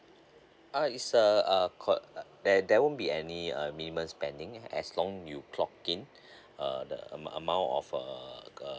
uh is uh called uh there won't be any uh minimum spending as long you clock in uh the amount of err